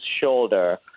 shoulder